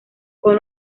con